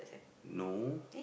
no